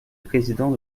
président